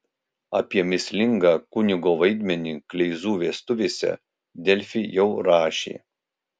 apie mįslingą kunigo vaidmenį kleizų vestuvėse delfi jau rašė